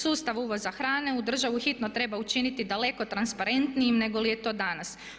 Sustav uvoza hrane u državu hitno treba učiniti daleko transparentnijim negoli je to danas.